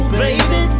baby